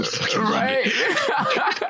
right